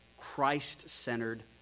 Christ-centered